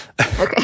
okay